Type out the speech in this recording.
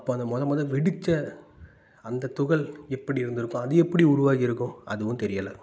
அப்போ அந்த மொதல் மொதல் வெடித்த அந்த துகள் எப்படி இருந்துருக்கும் அது எப்படி உருவாகி இருக்கும் அதுவும் தெரியலை